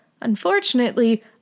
Unfortunately